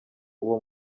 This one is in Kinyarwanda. uwo